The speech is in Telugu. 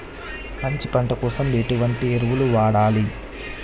మంచి పంట కోసం ఎటువంటి ఎరువులు వాడాలి?